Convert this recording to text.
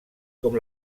com